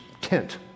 tent